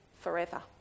forever